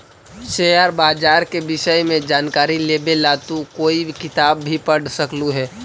share बाजार के विष्य में जानकारी लेवे ला तू कोई किताब भी पढ़ सकलू हे